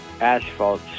asphalt